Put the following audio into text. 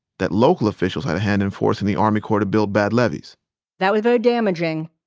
that local officials had a hand in forcing the army corps to build bad levees that was very damaging.